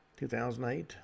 2008